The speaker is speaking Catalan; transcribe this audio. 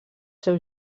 seu